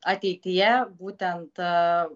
ateityje būtent